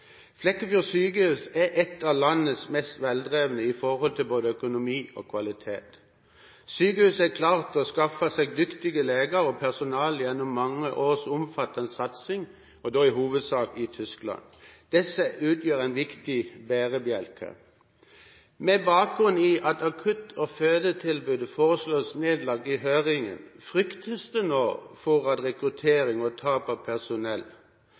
Flekkefjord sykehus er et av landets mest veldrevne når det gjelder både økonomi og kvalitet. Sykehuset har klart å skaffe seg dyktige leger og dyktig personale gjennom mange års omfattende satsing hovedsakelig i Tyskland. Disse utgjør en viktig bærebjelke. Med bakgrunn i at akutt- og fødetilbudet foreslås nedlagt i høringen, fryktes det nå for rekrutteringen og tap av personell.